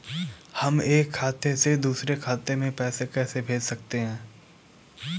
हम एक खाते से दूसरे खाते में पैसे कैसे भेज सकते हैं?